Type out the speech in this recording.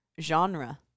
genre